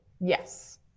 Yes